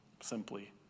Simply